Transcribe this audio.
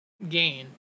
gain